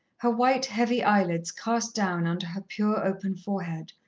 her white, heavy eyelids cast down under her pure, open forehead,